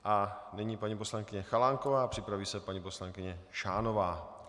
A nyní paní poslankyně Chalánková, připraví se paní poslankyně Šánová.